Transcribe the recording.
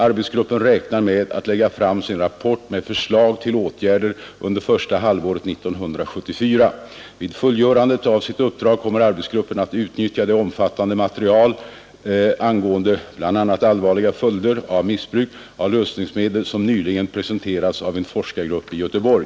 Arbetsgruppen räknar med att lägga fram sin rapport med förslag till åtgärder under första halvåret 1974. Vid fullgörandet av sitt uppdrag kommer arbetsgruppen att utnyttja det omfattande material angående bl.a. allvarliga följder av missbruk av lösningsmedel som nyligen presenterats av en forskargrupp i Göteborg.